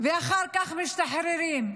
ואחר כך משתחררים.